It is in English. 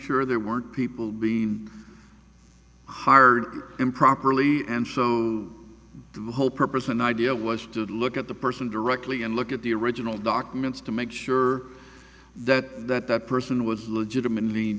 sure there weren't people being hired him properly and so did the whole purpose and idea was to look at the person directly and look at the original documents to make sure that that that person was legitimate lead